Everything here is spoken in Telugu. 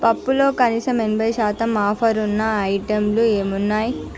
పప్పులో కనీసం ఎనభై శాతం ఆఫరు ఉన్న ఐటెంలు ఏమున్నాయి